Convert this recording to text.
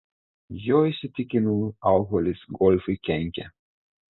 jo įsitikinimu alkoholis golfui kenkia